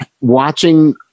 watching